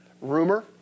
Rumor